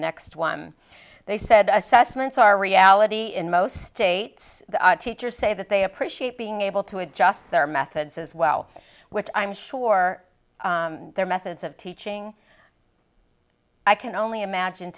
next one they said assessments are reality in most states the teachers say that they appreciate being able to adjust their methods as well which i'm sure their methods of teaching i can only imagine